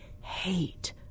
hate